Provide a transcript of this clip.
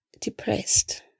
depressed